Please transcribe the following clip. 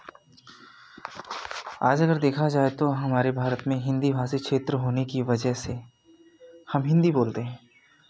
आज अगर देखा जाए तो हमारे भारत में हिंदी भाषी क्षेत्र होने की वजह से हम हिंदी बोलते हैं